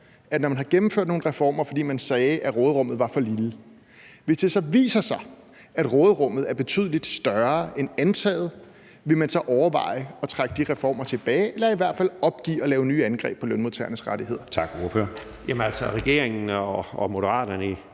at når man har gennemført nogle reformer, fordi man sagde, at råderummet var for lille, og hvis det så viser sig, at råderummet er betydelig større end antaget, så vil man overveje at trække de reformer tilbage eller i hvert fald opgive at lave nye angreb på lønmodtagernes rettigheder?